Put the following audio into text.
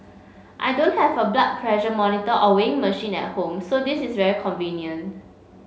I don't have a blood pressure monitor or weighing machine at home so this is very convenient